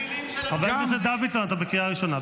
חבר הכנסת דוידסון, אתה בקריאה ראשונה.